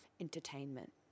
entertainment